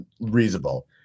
reasonable